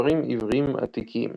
ספרים עברים עתיקים